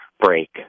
break